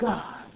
God